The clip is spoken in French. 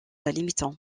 limitant